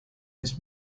its